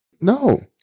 No